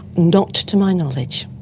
not to my knowledge.